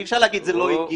אי אפשר להגיד שזה לא הגיע.